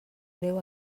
greu